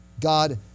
God